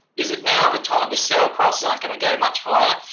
is it now but time to sell? prices aren't going to go much higher.